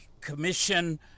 Commission